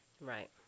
Right